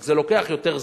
זה רק לוקח יותר זמן,